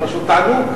היא פשוט תענוג.